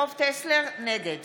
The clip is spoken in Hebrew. נגד